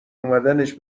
اومدنش